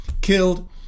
killed